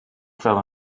fell